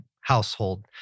household